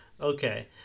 okay